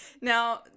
Now